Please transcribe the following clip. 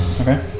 Okay